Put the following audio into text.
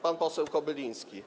Pan poseł Kobyliński.